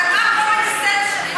אבל, מה ה-common sense שלך